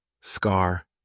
Scar